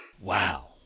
Wow